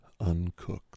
uncooked